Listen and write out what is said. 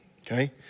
Okay